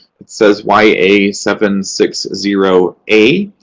it says y a seven six zero a.